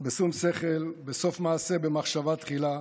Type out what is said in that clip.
בשום שכל, בסוף מעשה במחשבה תחילה,